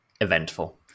eventful